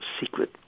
secret